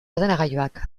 ordenagailuak